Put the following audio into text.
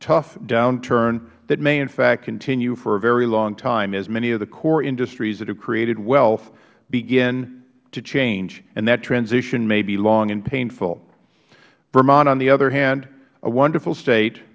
tough downturn that may in fact continue for a very long time as many of the core industries that have created wealth begin to change and that transition may be long and painful vermont on the other hand a wonderful state